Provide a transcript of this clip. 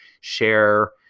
share